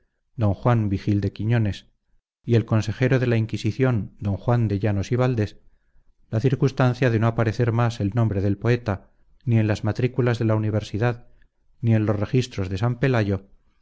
don juan vigil de quiñones y el consejero de la inquisición don juan de llanos y valdés la circunstancia de no aparecer más el nombre del poeta ni en las matrículas de la universidad ni en los registros de san pelayo